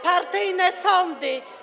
Partyjne sądy.